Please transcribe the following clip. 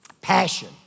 Passion